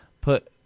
put